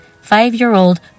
five-year-old